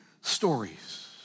stories